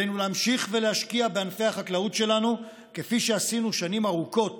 עלינו להמשיך ולהשקיע בענפי החקלאות שלנו כפי שעשינו שנים ארוכות